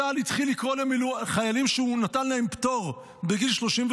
צה"ל התחיל לקרוא לחיילים שהוא נתן להם פטור בגיל 35,